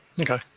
Okay